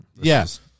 Yes